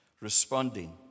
Responding